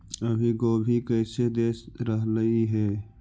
अभी गोभी कैसे दे रहलई हे?